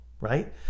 right